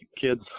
kids